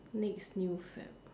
next new fad